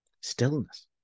stillness